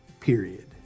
period